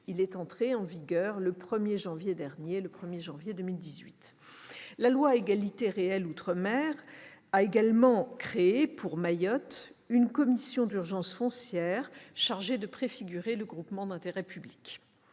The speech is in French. Il est entré en vigueur le 1 janvier 2018. La loi Égalité réelle outre-mer a également créé, pour Mayotte, une commission d'urgence foncière chargée de préfigurer le groupement d'intérêt public.